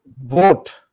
vote